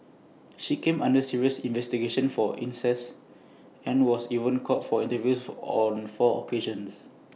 she came under serious investigation for incest and was even called for interviews for on four occasions